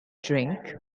drink